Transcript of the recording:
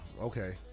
Okay